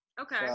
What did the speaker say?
okay